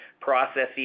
processes